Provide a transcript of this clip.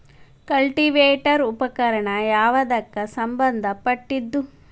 Cultivator ಉಪಕರಣ ಯಾವದಕ್ಕ ಸಂಬಂಧ ಪಟ್ಟಿದ್ದು?